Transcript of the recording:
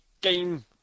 game